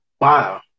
Wow